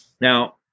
now